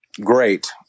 Great